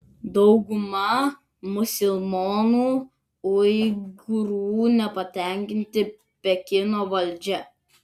dauguma musulmonų uigūrų nepatenkinti pekino valdžia